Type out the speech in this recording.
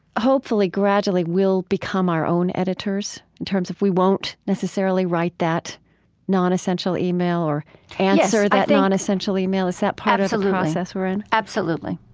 hopefully gradually will become our own editors in terms of we won't necessarily write that nonessential email or answer that nonessential email. is that part of the process we're in? absolutely,